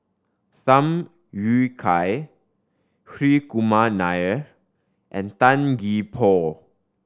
Tham Yui Kai Hri Kumar Nair and Tan Gee Paw